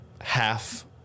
half